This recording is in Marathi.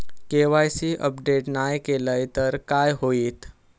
के.वाय.सी अपडेट नाय केलय तर काय होईत?